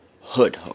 Hood